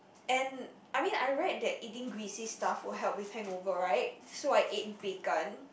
and I mean I read that eating greasy stuff will help with hangover right so I ate bacon